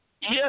Yes